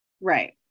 Right